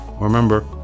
Remember